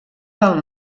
del